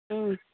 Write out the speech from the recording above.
ꯎꯝ